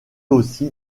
aussi